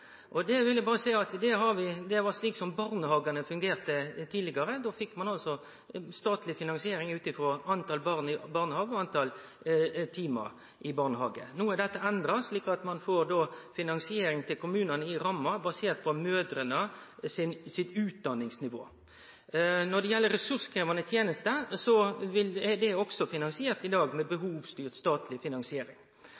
fungerer. Då vil eg berre seie at det var slik barnehagane fungerte tidlegare. Då fekk ein statleg finansiering ut frå talet på barn i barnehagane og talet på timar i barnehage. No er dette endra, slik at ein får finansiering til kommunane i rammer basert på utdanningsnivået til mødrene. Når det gjeld ressurskrevjande tenester, er det også finansiert i dag